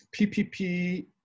ppp